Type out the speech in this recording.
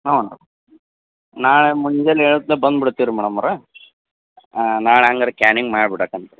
ಹ್ಞೂ ಮೇಡಮ್ ನಾಳೆ ಮುಂಜಾನೆ ಏಳತ್ಲೇ ಬಂದ್ಬಿಡ್ತೀರಿ ಮೇಡಮ್ಮವ್ರೆ ನಾಳೆ ಹಂಗಾದ್ರೆ ಕ್ಯಾನಿಂಗ್ ಮಾಡ್ಬಿಡಾಕಂತ ರೀ